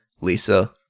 Lisa